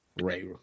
Ray